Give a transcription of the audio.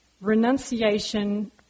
renunciation